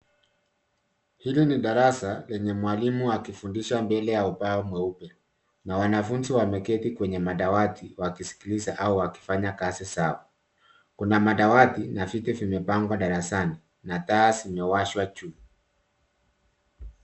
Hili ni darasa lenye mwalimu akifundisha mbele ya ubao mweupe na wanafunzi wameketi kwenye madawati wakisikiliza au wakifanya kazi zao. Kuna madawati na viti vimepangwa darasani na taa zimewashwa juu.